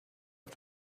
auf